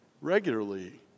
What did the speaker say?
regularly